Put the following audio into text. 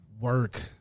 Work